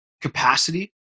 capacity